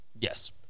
Yes